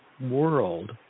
world